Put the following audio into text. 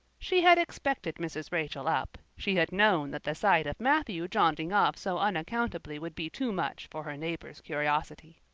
she had expected mrs. rachel up she had known that the sight of matthew jaunting off so unaccountably would be too much for her neighbor's curiosity.